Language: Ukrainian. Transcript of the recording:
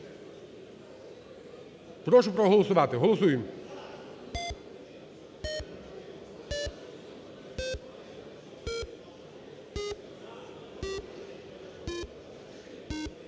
Прошу проголосувати, голосуємо.